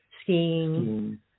Skiing